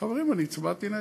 חברים, אני הצבעתי נגד.